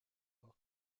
book